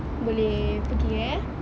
boleh pergi eh